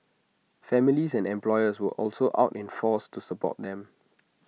families and employers were also out in force to support them